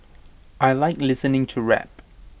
I Like listening to rap